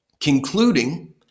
concluding